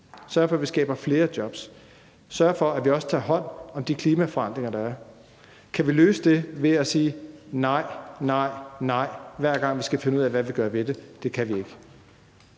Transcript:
sørger for, at vi skaber flere jobs, og sørger for, at vi også tager hånd om de klimaforandringer, der er. Kan vi løse det ved at sige nej, nej, nej, hver gang vi skal finde ud af, hvad vi vil gøre ved det? Det kan vi ikke.